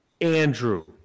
Andrew